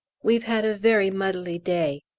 we've had a very muddly day,